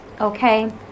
okay